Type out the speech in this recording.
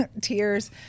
tears